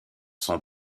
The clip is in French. sont